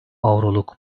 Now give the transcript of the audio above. avroluk